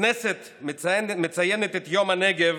הכנסת מציינת את יום הנגב